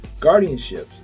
guardianships